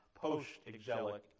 Post-exilic